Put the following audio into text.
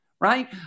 Right